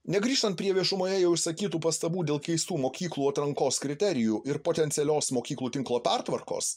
negrįžtant prie viešumoje jau išsakytų pastabų dėl keistų mokyklų atrankos kriterijų ir potencialios mokyklų tinklo pertvarkos